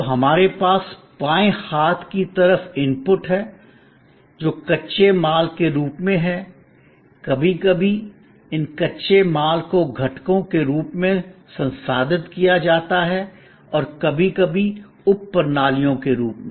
तो हमारे पास बाएं हाथ की तरफ इनपुट हैं जो कच्चे माल के रूप में हैं कभी कभी इन कच्चे माल को घटकों के रूप में संसाधित किया जाता है कभी कभी उप प्रणालियों के रूप में